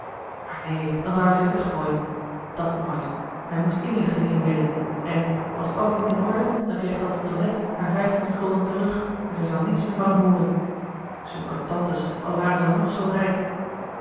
maar neen dan zou hij zich weggooien dat gerard keller het testament van mevrouw de tonnette nooit hij moest inlichtingen inwinnen en was alles niet in orde dan kreeg tante tonnette haar vijfhonderd gulden terug en zij zou niets meer van hem hooren zulke tantes al waren zij nog zoo rijk